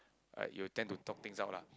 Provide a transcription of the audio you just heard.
like you will tend to talk things out lah